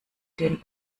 den